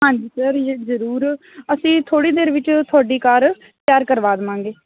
ਹਾਂਜੀ ਸਰ ਜੀ ਜ਼ਰੂਰ ਅਸੀਂ ਥੋੜ੍ਹੀ ਦੇਰ ਵਿੱਚ ਤੁਹਾਡੀ ਕਾਰ ਤਿਆਰ ਕਰਵਾ ਦੇਵਾਂਗੇ